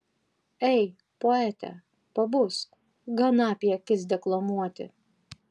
ei poete pabusk gana apie akis deklamuoti